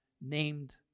named